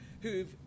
who've